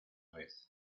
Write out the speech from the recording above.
red